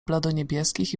bladoniebieskich